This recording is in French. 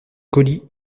colis